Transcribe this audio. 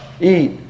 eat